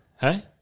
Hey